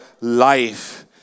life